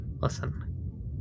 Listen